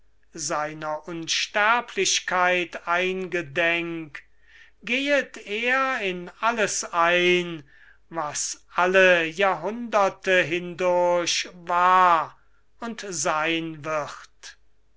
unsterblichkeit eingedenk gehet er in alles ein was alle jahrhunderte hindurch war und sein wird